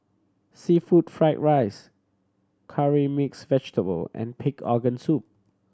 seafood fried rice Curry Mixed Vegetable and pig organ soup